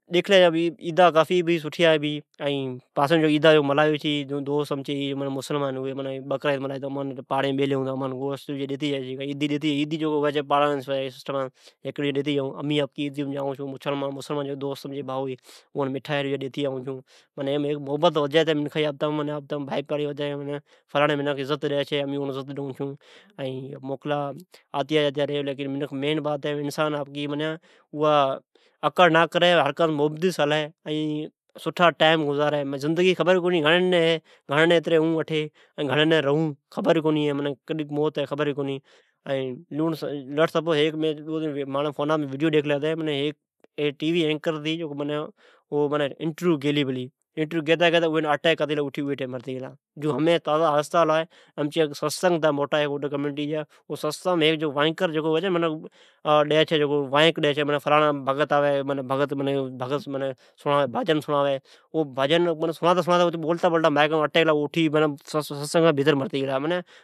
ڈیکھ لے جا تو عیدا خشی جی ہے. مسلمان جکو ہی اوی جڈ عید وعیرہ کری چھی تو. امان عیدی پر گوشت ڈجی ڈیتے جائی امین اکشے عیدی میں مٹھائی ڈیتے آئی چھون. ایم محبت ڈجی وڈیو چھے. این ھیکی ڈجی ے ہم دردی ودی چھی. این اوم ھیکی ڈھکی لے عزت وڈے چھے. موکلا آتیا جاتیا ری تو انسان اکڑ نہ کری محبتے سے ھلی۔ کان تو زندگی جی خبر کونی.گھڑنن ڈن ھے۔ کتری زندگی ھی .کتری ڈنےرھون اٹھے.خبر کونی ھے تو کدھن موت ھے۔ کان تو میں ھیک وڈیو ڈیکھلے ھتی جکی میں ٹی وی ھیکر ھتے جکو انٹریو گیلے پلے گیتی گیتی اٹیک ھلا تو مرتے گلے. ھیک تازا ویقیا ھلا جکو امچا اوڈان جا سستنگ ھویلا پلا تو اوم ھیک ھوی چھی وائیک ڈیریڑا اون ھئی چھے فلاڑان بگت آوی فلاڑن آوی تو بھجن سڑاون تو کا ہلے تو بولتا بولتامائیکائیم اٹیک ھلا مری گلا۔